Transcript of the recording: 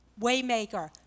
Waymaker